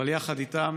אבל יחד איתם